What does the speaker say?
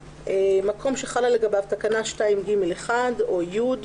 (2)מקום שחלה לגביו תקנה 2(ג)(1) או (י),